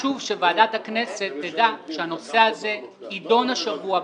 חשוב שוועדת הכנסת תדע שהנושא הזה יידון השבוע בכנסת,